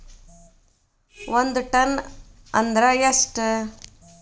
ಒಂದ್ ಟನ್ ಅಂದ್ರ ಎಷ್ಟ?